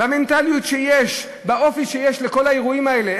במנטליות שיש, באופי שיש לכל האירועים האלה.